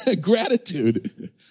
gratitude